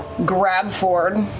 grab fjord,